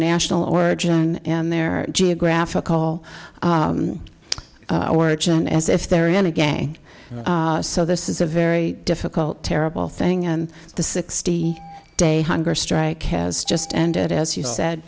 national origin and their geographic call our action as if they're in a gang so this is a very difficult terrible thing and the sixty day hunger strike has just ended as you said